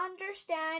understand